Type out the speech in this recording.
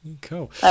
Cool